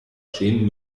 schämen